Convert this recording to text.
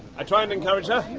i try and encourage her.